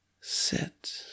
Sit